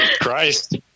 christ